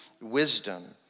wisdom